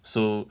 so